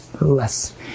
less